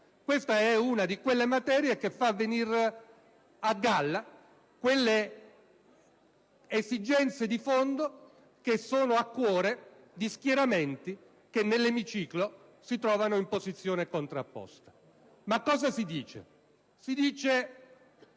Questa è una di quelle materie che fa venire a galla le esigenze di fondo che sono a cuore a schieramenti che nell'emiciclo si trovano in posizione contrapposta. Una volta acclarato questo